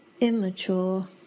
immature